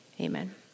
Amen